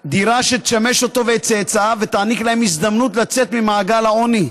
דירה שתשמש אותו ואת צאצאיו ותעניק להם הזדמנות לצאת ממעגל העוני.